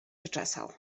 poczesał